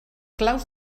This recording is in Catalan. claus